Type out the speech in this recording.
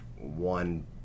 one